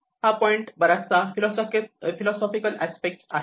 हा पॉईंट बराचसा philosophical aspect आहे